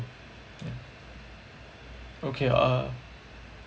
ya okay uh